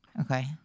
Okay